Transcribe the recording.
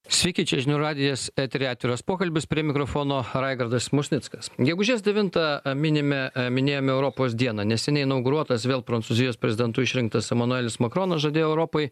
sveiki čia žinių radijas eteryje atviras pokalbis prie mikrofono raigardas musnickas gegužės devintą minime minėjome europos dieną neseniai inauguruotas vėl prancūzijos prezidentu išrinktas emanuelis makronas žadėjo europai